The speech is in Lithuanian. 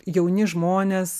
jauni žmonės